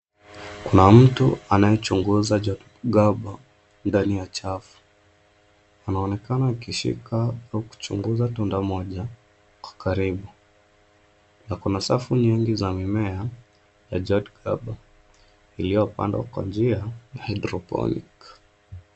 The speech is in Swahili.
Kuna mtu anayechunguza jotkaba ndani ya chafu. Anaonekana akishika au kuchunguza tunda moja kwa karibu. Na kuna safu nyingi za mimea ya jotkaba iliyopandwa kwa njia ya hydroponic .